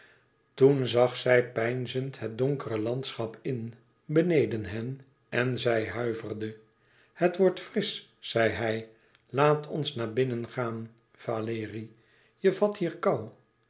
toen zag zij peinzend het donkere landschap in beneden hen en zij huiverde het wordt frisch zei hij laat ons naar binnen gaan valérie je vat hier koû